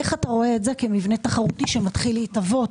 איך אתה רואה את זה כמבנה תחרותי שמתחיל להתהוות